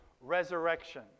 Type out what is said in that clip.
resurrection